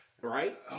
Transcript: Right